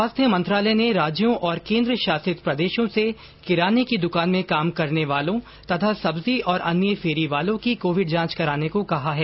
स्वास्थ्य मंत्रालय ने राज्यों और केन्द्र शासित प्रदेशों से किराने की दुकान में काम करने वालों तथा सब्जी और अन्य फेरी वालों की कोविड जांच कराने को कहा है